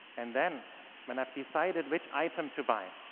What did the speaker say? and then when i've decided which item to buy,